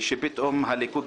פתאום הליכוד,